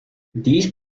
these